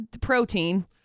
protein